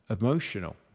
emotional